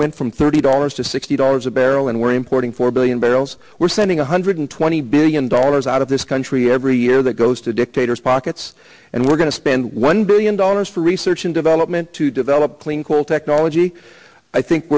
went from thirty dollars to sixty dollars a barrel and we're importing four billion barrels we're sending one hundred twenty billion dollars out of this country every year that goes to dictators pockets and we're going to spend one billion dollars for research and development to do the clean coal technology i think